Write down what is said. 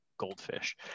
goldfish